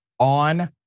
On